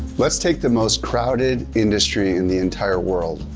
let's take the most crowded industry in the entire world,